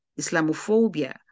Islamophobia